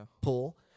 pool